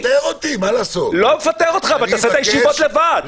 תעשה את הישיבות לבד.